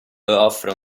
offre